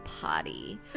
potty